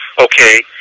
Okay